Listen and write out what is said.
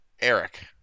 Eric